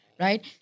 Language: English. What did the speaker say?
right